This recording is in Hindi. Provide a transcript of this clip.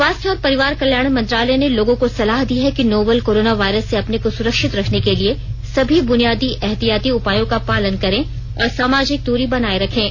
स्वास्थ्य और परिवार कल्याण मंत्रालय ने लोगों को सलाह दी है कि वे नोवल कोरोना वायरस से अपने को सुरक्षित रखने के लिए सभी बुनियादी एहतियाती उपायों का पालन करें और सामाजिक दूरी बनाए रखें